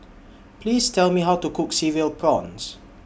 Please Tell Me How to Cook Cereal Prawns